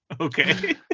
Okay